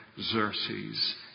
Xerxes